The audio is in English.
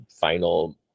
final